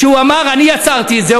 שהוא אמר: אני עצרתי את זה.